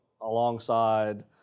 alongside